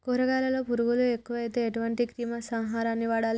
కూరగాయలలో పురుగులు ఎక్కువైతే ఎటువంటి క్రిమి సంహారిణి వాడాలి?